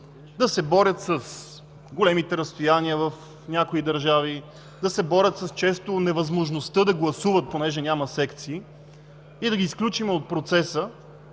да се борят с големите разстояния в някои държави, често да се борят с невъзможността да гласуват, понеже няма секции, и да ги изключим от процеса,